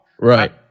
right